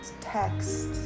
text